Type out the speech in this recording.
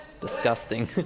disgusting